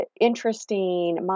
interesting